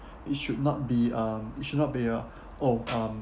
it should not be um should not be uh oh um